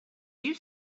you